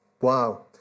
Wow